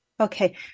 Okay